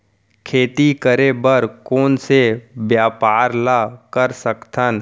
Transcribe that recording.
खेती करे बर कोन से व्यापार ला कर सकथन?